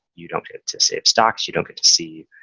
you don't get to save stocks. you don't get to see